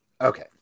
okay